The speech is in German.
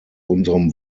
unserem